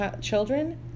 children